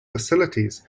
facilities